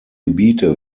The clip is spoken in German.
gebiete